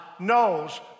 knows